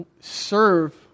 serve